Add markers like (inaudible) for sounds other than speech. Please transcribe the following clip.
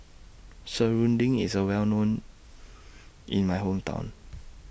Serunding IS Well known (noise) in My Hometown (noise)